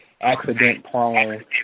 accident-prone